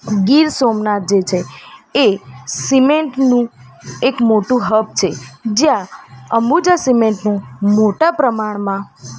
ગીર સોમનાથ જે છે એ સીમેન્ટનું એક મોટું હબ છે જ્યાં અંબુજા સીમેન્ટનું મોટા પ્રમાણમાં